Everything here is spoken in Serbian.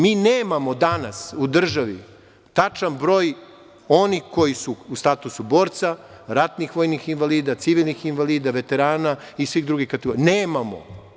Mi nemamo danas u državi tačan broj onih koji su u statusu borca, ratnih vojnih invalida, civilnih invalida, veterana i svih drugih kategorija, nemamo.